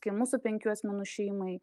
kai mūsų penkių asmenų šeimai